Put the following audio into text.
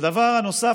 והדבר הנוסף,